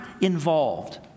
involved